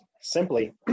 simply